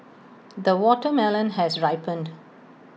the watermelon has ripened